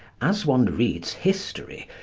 as one reads history,